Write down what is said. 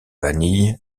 vanille